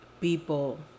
people